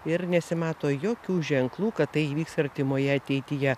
ir nesimato jokių ženklų kad tai įvyks artimoje ateityje